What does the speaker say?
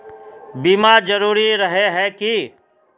बीमा जरूरी रहे है की?